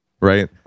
right